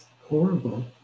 horrible